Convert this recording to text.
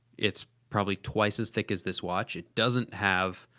it's probably twice as thick as this watch, it doesn't have